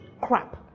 crap